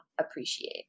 appreciate